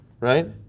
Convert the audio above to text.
Right